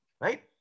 right